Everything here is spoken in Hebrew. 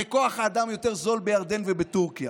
הרי כוח האדם יותר זול בירדן ובטורקיה,